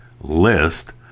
list